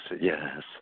yes